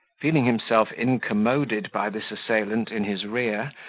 feeling himself incommoded by this assailant in his rear,